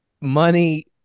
Money